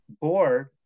board